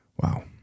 wow